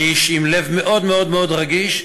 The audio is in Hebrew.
אני איש עם לב מאוד מאוד מאוד רגיש,